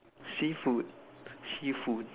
seafood seafood